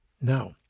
Now